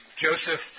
Joseph